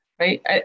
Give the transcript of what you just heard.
Right